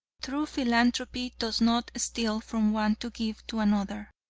true philanthropy does not steal from one to give to another.